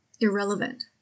irrelevant